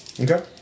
Okay